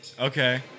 Okay